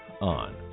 on